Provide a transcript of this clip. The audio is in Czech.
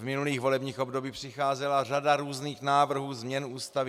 V minulých volebních obdobích přicházela řada různých návrhů změn Ústavy.